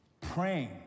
praying